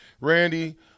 Randy